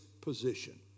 position